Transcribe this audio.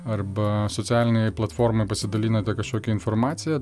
arba socialinėj platformoj pasidalinote kažkokia informacija